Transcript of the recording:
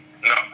No